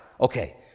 okay